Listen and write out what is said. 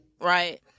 Right